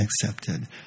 accepted